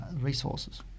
resources